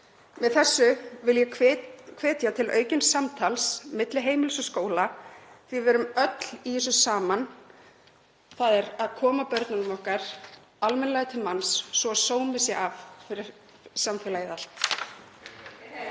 Með þessu vil ég hvetja til aukins samtals milli heimilis og skóla því að við erum öll í þessu saman, þ.e. að koma börnunum okkar almennilega til manns svo sómi sé að fyrir samfélagið allt.